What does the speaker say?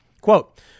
Quote